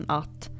att